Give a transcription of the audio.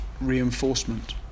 reinforcement